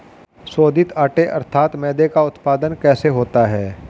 शोधित आटे अर्थात मैदे का उत्पादन कैसे होता है?